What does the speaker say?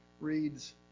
reads